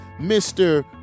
Mr